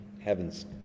heaven's